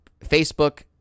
Facebook